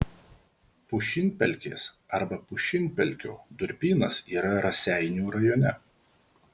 pušynpelkės arba pušynpelkio durpynas yra raseinių rajone